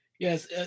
Yes